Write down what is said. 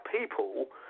people –